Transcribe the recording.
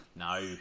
No